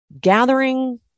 gathering